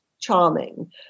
charming